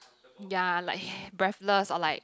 ya like breathless or like